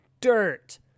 dirt